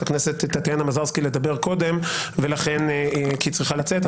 הכנסת טטיאנה מזרסקי לדבר קודם כי היא צריכה לצאת.